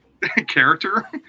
character